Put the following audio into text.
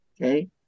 Okay